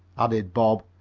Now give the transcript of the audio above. added bob.